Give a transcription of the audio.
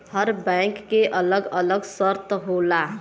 हर bank के अलग अलग शर्त होला